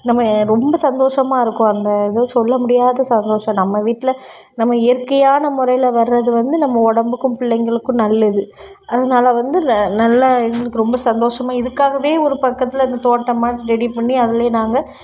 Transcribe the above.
நம்ம ரொம்ப சந்தோஷமாக இருக்கும் அந்த இது சொல்ல முடியாத சந்தோசம் நம்ம வீட்டில் நம்ம இயற்கையான முறையில் வர்றது வந்து நம்ம உடம்புக்கும் பிள்ளைங்களுக்கும் நல்லது அதனால் வந்து ந நல்லா இவங்களுக்கு ரொம்ப சந்தோஷமாக இதுக்காகவே ஒரு பக்கத்தில் இந்த தோட்டம் மாட்ட ரெடி பண்ணி அதுலேயே நாங்கள்